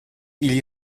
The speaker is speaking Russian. или